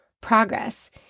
progress